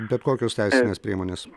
bet kokios teisinės priemonės